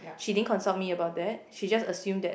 she didn't consult me about that she just assume that